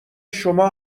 شما